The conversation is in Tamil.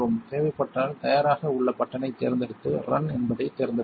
தேவைப்பட்டால் தயாராக உள்ள பட்டனைத் தேர்ந்தெடுத்து ரன் என்பதைத் தேர்ந்தெடுக்கவும்